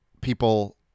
people